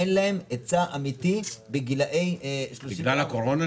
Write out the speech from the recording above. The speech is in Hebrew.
אין להם היצע אמיתי בגילאי 30 --- בגלל הקורונה,